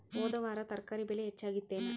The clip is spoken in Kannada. ಹೊದ ವಾರ ತರಕಾರಿ ಬೆಲೆ ಹೆಚ್ಚಾಗಿತ್ತೇನ?